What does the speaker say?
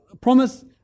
promise